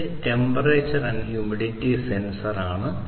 ഇത് temperature and humidity sensor ആണ്